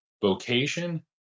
vocation